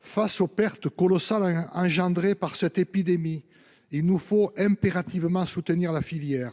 Face aux pertes colossales engendrées par cette épidémie, nous devons impérativement soutenir la filière.